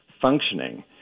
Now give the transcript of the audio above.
functioning